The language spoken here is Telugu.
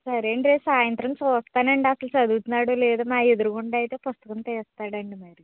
సరే అండి రేపు సాయంత్రం చూస్తానండి అసలు చదువుతున్నాడో లేదో మా ఎదురుగుండా అయితే పుస్తకం తీస్తాడండీ మరి